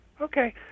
Okay